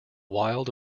wild